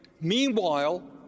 Meanwhile